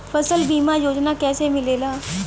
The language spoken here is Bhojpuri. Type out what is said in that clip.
फसल बीमा योजना कैसे मिलेला?